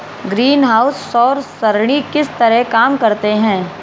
greenhouse सौर सरणी किस तरह काम करते हैं